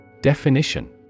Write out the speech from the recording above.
Definition